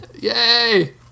Yay